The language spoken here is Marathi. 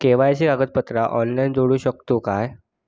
के.वाय.सी कागदपत्रा ऑनलाइन जोडू शकतू का?